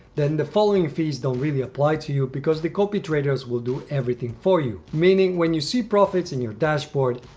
then the following fees don't really apply to you because the copy traders will do everything for you. meaning when you see profits in your dashboard,